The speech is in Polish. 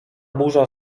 burza